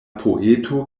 poeto